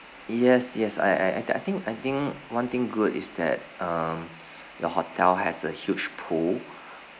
yes yes I I I think I think one thing good is that um your hotel has a huge pool